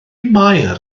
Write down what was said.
mair